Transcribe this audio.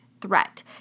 threat